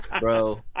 bro